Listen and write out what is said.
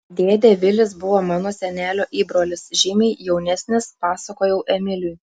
dėdė vilis buvo mano senelio įbrolis žymiai jaunesnis pasakojau emiliui